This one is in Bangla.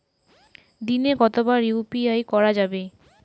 দিনে কতবার ইউ.পি.আই করা যাবে?